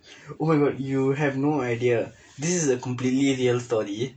oh my god you have no idea this is a completely real story